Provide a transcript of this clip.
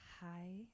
hi